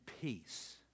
peace